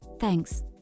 Thanks